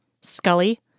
Scully